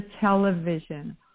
television